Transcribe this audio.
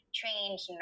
trained